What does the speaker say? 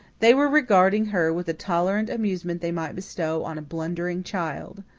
they were regarding her with the tolerant amusement they might bestow on a blundering child.